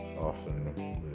often